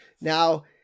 Now